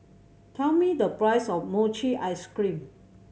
tell me the price of mochi ice cream